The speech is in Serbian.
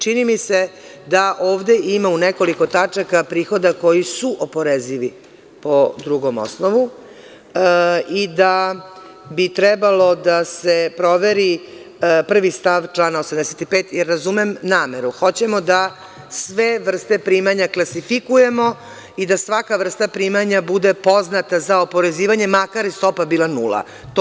Čini mi se da ovde ima u nekoliko tačaka, prihoda koji su oporezivi po drugom osnovu i da bi trebalo da se proveri 1. stav člana 85. jer razumem nameru, hoćemo da sve vrste primanja klasifikujemo i da svaka vrsta primanja bude poznata za oporezivanje, makar i stopa bila nula.